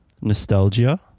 Nostalgia